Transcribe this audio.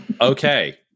Okay